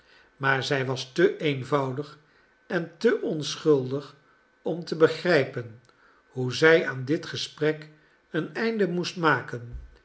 maar zij was te eenvoudig en te onschuldig om te begrijpen hoe zij aan dit gesprek een einde moest maken